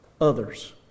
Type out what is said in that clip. others